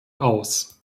aus